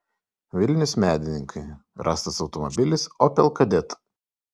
vilnius medininkai rastas automobilis opel kadett